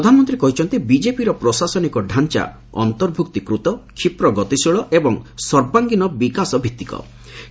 ପ୍ରଧାନମନ୍ତ୍ରୀ କହିଛନ୍ତି ବିଜେପିର ପ୍ରଶାସନିକ ଢାଞ୍ଚା ଅନ୍ତର୍ଭୁକ୍ତୀ ଗତିଶୀଳ ଏବଂ ସର୍ବାଙ୍ଗୀନ ବିକାଶ ଭିତ୍ତିକ କରୁଛି